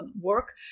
work